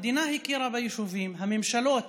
המדינה הכירה ביישובים, הממשלות